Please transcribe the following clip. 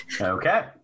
Okay